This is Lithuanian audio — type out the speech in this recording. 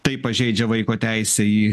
tai pažeidžia vaiko teisę į